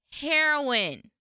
heroin